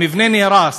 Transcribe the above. המבנה נהרס.